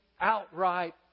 outright